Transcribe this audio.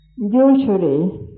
Usually